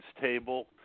table